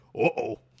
uh-oh